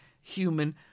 human